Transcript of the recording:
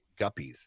guppies